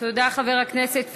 תודה, חבר הכנסת פייגלין.